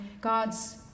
God's